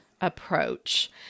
approach